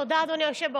אתה יכול ללחוש?